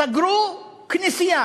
סגרו כנסייה